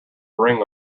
ring